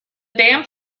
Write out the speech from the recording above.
band